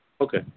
Okay